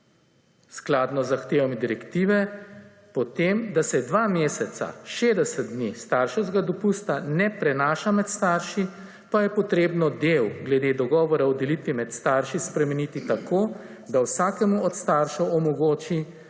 skladno z zahtevami Direktivami potem, da se 2 meseca, 60 dni starševskega dopusta ne prenaša med starši, pa je potrebno del, glede dogovora o delitvi med starši spremeniti tako, da se vsakemu od staršev omogoči,